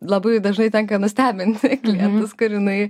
labai dažnai tenka nustebinti klientus kur jinai